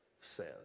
says